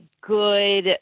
good